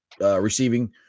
receiving